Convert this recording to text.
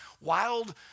wild